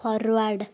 forward